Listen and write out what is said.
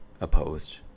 opposed